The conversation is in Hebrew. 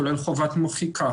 כולל חובת מחיקה,